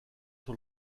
sur